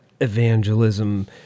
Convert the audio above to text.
evangelism